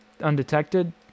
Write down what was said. undetected